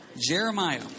Jeremiah